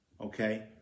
okay